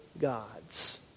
gods